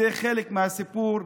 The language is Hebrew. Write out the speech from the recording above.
זה חלק מהסיפור,